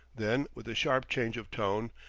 then, with a sharp change of tone,